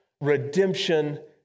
redemption